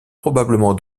probablement